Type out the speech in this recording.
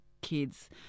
kids